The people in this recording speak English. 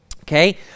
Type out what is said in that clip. okay